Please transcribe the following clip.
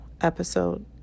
episode